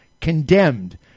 condemned